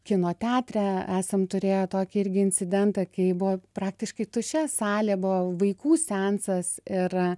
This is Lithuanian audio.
kino teatre esam turėję tokį irgi incidentą kai buvo praktiškai tuščia salė buvo vaikų seansas ir